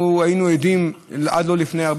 אנחנו היינו עדים לכך שעד לפני לא הרבה